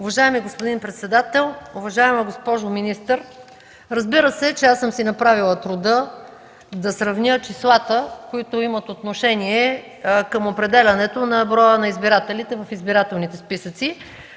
Уважаеми господин председател! Уважаема госпожо министър, разбира се, че аз съм си направила труда да сравня числата, които имат отношение към определянето на броя на избирателите в избирателните списъци.